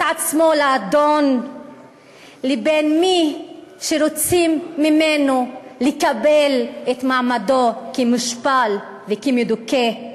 עצמו לאדון לבין מי שרוצים ממנו לקבל את מעמדו כמושפל וכמדוכא.